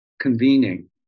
convening